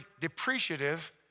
depreciative